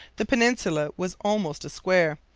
the peninsula was almost a square.